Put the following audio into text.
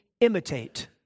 Imitate